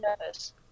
nervous